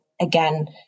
again